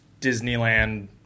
Disneyland